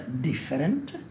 different